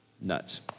nuts